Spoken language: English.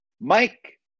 Mike